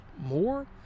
more